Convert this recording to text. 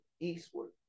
eastward